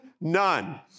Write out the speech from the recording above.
none